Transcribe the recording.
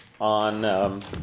on